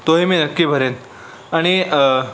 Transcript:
तोही मी नक्की भरेन आणि